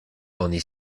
oni